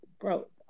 bro